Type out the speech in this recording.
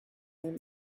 time